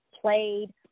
played